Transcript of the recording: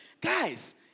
Guys